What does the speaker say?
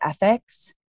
ethics